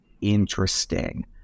interesting